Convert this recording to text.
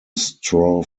straw